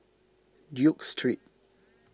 Duke Street